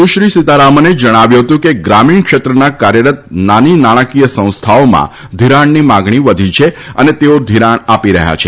સુશ્રી સીતારામને જણાવ્યું હતું કે ગ્રામીણ ક્ષેત્રના કાર્યરત નાની નાણાંકીય સંસ્થાઓમાં ઘિરાણની માગણી વધી છે અને તેઓ ઘિરાણ આપી રહ્યા છે